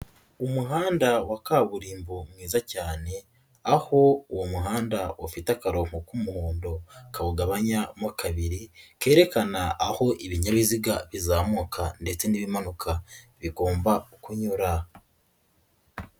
Umuhanda wa kaburimbo mwiza cyane, aho uwo muhanda ufite akarongo k'umuhondo kawugabanyamo kabiri, kerekana aho ibinyabiziga bizamuka ndetse n'ibimanuka bigomba kunyura.